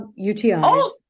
UTIs